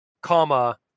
comma